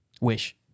Wish